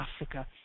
Africa